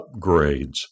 upgrades